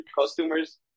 customers